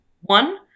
One